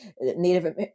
Native